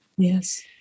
Yes